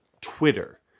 Twitter